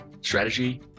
strategy